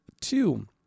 Two